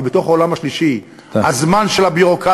היא בתוך העולם השלישי בזמן של הביורוקרטיה,